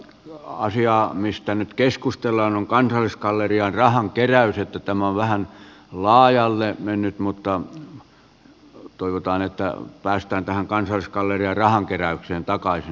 asia mistä nyt keskustellaan on kansallisgallerian rahankeräys niin että tämä on vähän laajalle mennyt mutta toivotaan että päästään tähän kansallisgallerian rahankeräykseen takaisin